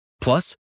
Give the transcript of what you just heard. Plus